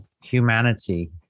humanity